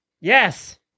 Yes